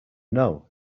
know